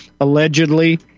allegedly